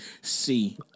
see